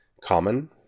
common